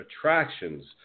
attractions –